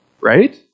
right